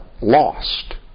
lost